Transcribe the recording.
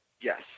yes